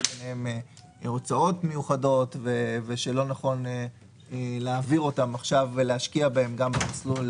להם הוצאות מיוחדות ולא נכון להעביר אותם עכשיו ולהשקיע בהם גם במסלול